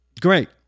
great